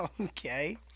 Okay